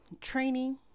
training